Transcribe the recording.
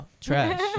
trash